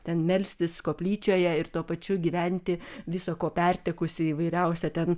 ten melstis koplyčioje ir tuo pačiu gyventi visa ko pertekusį įvairiausią ten